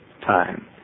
time